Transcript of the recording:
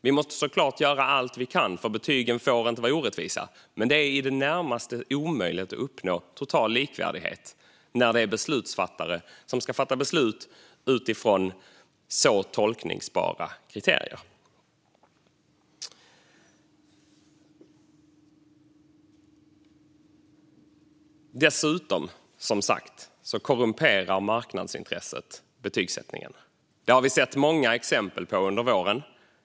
Vi måste såklart göra allt vi kan eftersom betygen inte får vara orättvisa, men det är i det närmaste omöjligt att uppnå total likvärdighet när beslutsfattare ska fatta beslut utifrån så tolkbara kriterier. Dessutom korrumperar marknadsintresset betygsättningen. Det har vi sett många exempel på under våren.